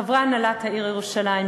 חברי הנהלת העיר ירושלים,